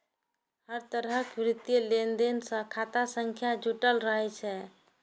हर तरहक वित्तीय लेनदेन सं खाता संख्या जुड़ल रहै छै